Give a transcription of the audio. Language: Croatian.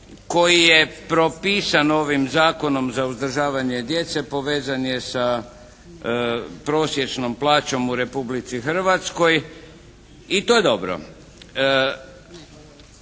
koji je propisan ovim zakonom za uzdržavanje djece povezan je sa prosječnom plaćom u Republici Hrvatskoj i to je dobro.